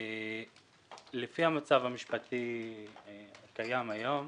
לפי המצב המשפטי הקיים היום